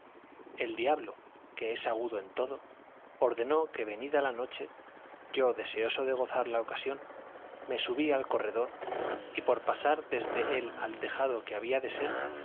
el diablo que es agudo en todo ordenó que venida la noche yo deseoso de gozar la ocasión me subí al corredor y por pasar desde él al tejado que había de ser